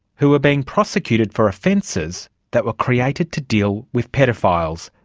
who are being prosecuted for offences that were created to deal with paedophiles,